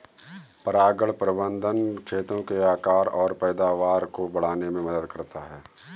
परागण प्रबंधन खेतों के आकार और पैदावार को बढ़ाने में मदद करता है